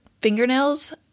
fingernails